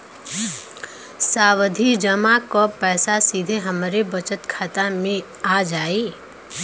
सावधि जमा क पैसा सीधे हमरे बचत खाता मे आ जाई?